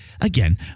again